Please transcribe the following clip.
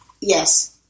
Yes